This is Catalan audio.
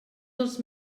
dels